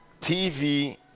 TV